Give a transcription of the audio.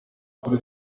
ukuri